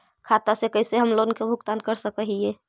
खाता से कैसे हम लोन के भुगतान कर सक हिय?